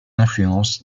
influence